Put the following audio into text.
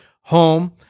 home